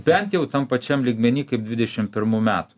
bent jau tam pačiam lygmeny kaip dvidešim pirmų metų